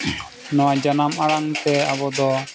ᱱᱚᱣᱟ ᱡᱟᱱᱟᱢ ᱟᱲᱟᱝ ᱛᱮ ᱟᱵᱚ ᱫᱚ